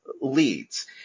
leads